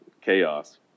Chaos